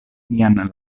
nian